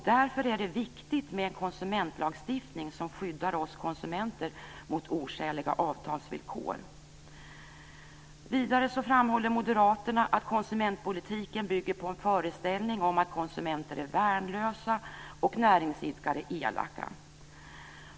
Därför är det viktigt med en konsumentlagstiftning som skyddar oss konsumenter mot oskäliga avtalsvillkor. Vidare framhåller Moderaterna att konsumentpolitiken bygger på en föreställning om att konsumenter är värnlösa och näringsidkare elaka.